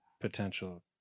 potential